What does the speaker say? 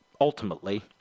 ultimately